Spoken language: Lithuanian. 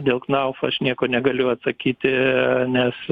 dėl knauft aš nieko negaliu atsakyti nes